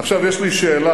עכשיו יש לי שאלה